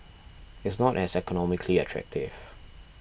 it's not as economically attractive